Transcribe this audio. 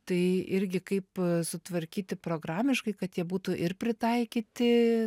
tai irgi kaip sutvarkyti programiškai kad jie būtų ir pritaikyti